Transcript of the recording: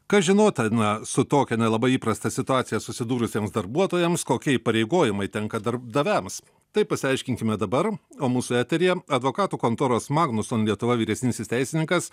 kas žinotina su tokia nelabai įprasta situacija susidūrusiems darbuotojams kokie įpareigojimai tenka darbdaviams tai pasiaiškinkime dabar o mūsų eteryje advokatų kontoros magnus lietuva vyresnysis teisininkas